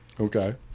Okay